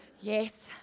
Yes